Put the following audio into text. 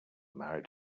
married